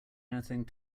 anything